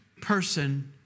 person